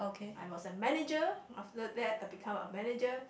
I was a manager after that I become a manager